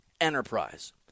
enterprise